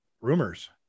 rumors